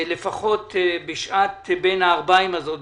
לפחות בשעת בין-הערביים הזאת,